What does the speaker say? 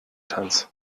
tanz